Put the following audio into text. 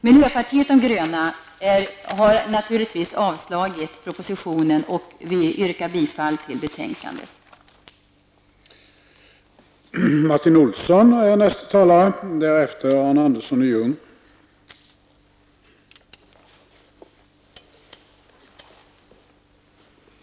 Miljöpartiet de gröna har naturligtvis avstyrkt propositionen, och jag yrkar bifall till utskottets hemställan.